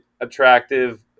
attractive